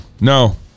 no